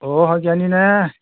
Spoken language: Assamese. অ' শইকীয়ানী নে